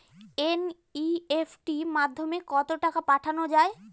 NEFT মাধ্যমে কত টাকা পাঠানো যায়?